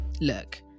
Look